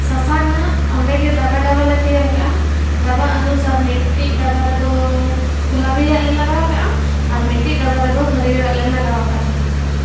ᱥᱟᱥᱟᱝ ᱟᱜ ᱚᱸᱰᱮᱜᱮ ᱰᱟᱵᱟ ᱰᱟᱵᱟᱞᱮ ᱛᱮᱭᱟᱨ ᱠᱟᱜᱼᱟ ᱰᱟᱵᱟ ᱚᱱᱩᱥᱟᱨ ᱢᱤᱫᱴᱤᱡ ᱰᱟᱵᱟ ᱨᱮᱫᱚ ᱜᱳᱞᱟᱯᱤ ᱟᱜ ᱞᱮ ᱞᱟᱜᱟᱣ ᱠᱟᱜᱼᱟ ᱟᱨ ᱢᱤᱫᱴᱤᱡ ᱰᱟᱵᱟ ᱨᱮᱫᱚ ᱦᱟᱹᱨᱭᱟᱹᱲ ᱟᱜ ᱞᱮ ᱞᱟᱜᱟᱣ ᱠᱟᱜᱼᱟ